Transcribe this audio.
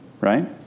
Right